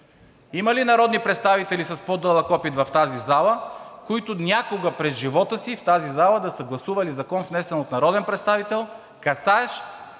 Има ли народни представители с по-дълъг опит в пленарната зала, които някога през живота си в тази зала да са гласували закон, внесен от народен представител, касаещ